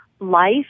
life